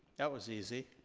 that was easy.